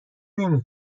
نمی